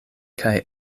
kaj